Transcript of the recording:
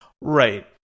Right